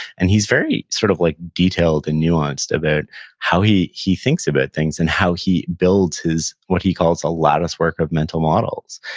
and he's very sort of like detailed and nuanced about how he he thinks about things and how he builds his what-he-calls a latticework of mental models,